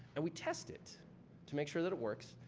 and we test it to make sure that it works.